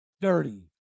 dirty